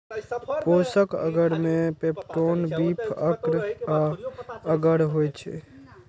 पोषक अगर मे पेप्टोन, बीफ अर्क आ अगर होइ छै